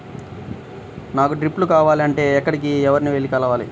నాకు డ్రిప్లు కావాలి అంటే ఎక్కడికి, ఎవరిని వెళ్లి కలవాలి?